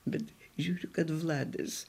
bet žiūriu kad vladas